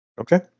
Okay